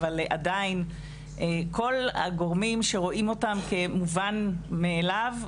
אבל עדיין כל הגורמים רואים אותן כמובן מאליו,